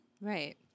Right